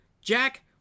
Jack